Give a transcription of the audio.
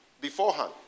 beforehand